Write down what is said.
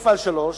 1000/3,